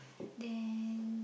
then